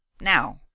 Now